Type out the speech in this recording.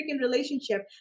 relationship